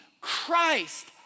Christ